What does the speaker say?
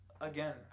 again